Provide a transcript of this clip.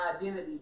identity